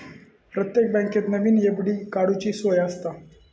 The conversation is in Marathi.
प्रत्येक बँकेत नवीन एफ.डी काडूची सोय आसता